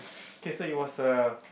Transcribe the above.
okay so it was a